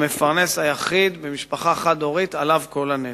המפרנס היחיד במשפחה חד-הורית, עליו כל הנטל.